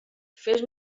fes